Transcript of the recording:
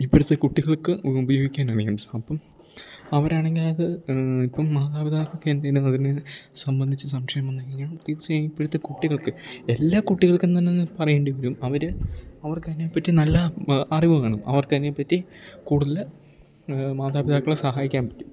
ഇപ്പോഴത്തെ കുട്ടികൾക്ക് ഉപയോഗിക്കാൻ അറിയാം അപ്പം അവർ ആണെങ്കിൽ അത് ഇപ്പം മാതാപിതാക്കൾക്ക് എന്തെങ്കിലും അതിനെ സംബന്ധിച്ചു സംശയം വന്നു കഴിഞ്ഞാൽ തീർച്ചയായും ഇപ്പോഴത്തെ കുട്ടികൾക്ക് എല്ലാ കുട്ടികൾക്കും എന്നു തന്നെ പറയേണ്ടി വരും അവർ അവർക്ക് അതിനെ പറ്റി നല്ല അറിവ് കാണും അവർക്ക് അതിനെ പറ്റി കൂടുതൽ മാതാപിതാക്കളെ സഹായിക്കാൻ പറ്റും